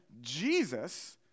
Jesus